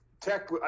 tech